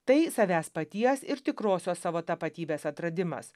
tai savęs paties ir tikrosios savo tapatybės atradimas